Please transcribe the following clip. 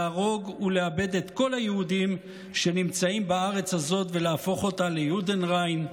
להרוג ולאבד את כל היהודים שנמצאים בארץ הזאת ולהפוך אותה ל"יודנריין"?